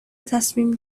تصمیم